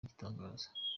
igitangaza